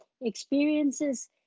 experiences